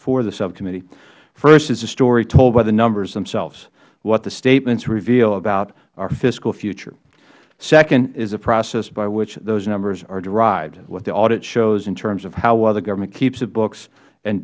for the subcommittee first is the story told by the numbers themselves what the statements reveal about our fiscal future second is a process by which those numbers are derived what the audit shows in terms of how well the government keeps the books and